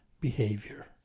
behavior